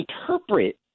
interpret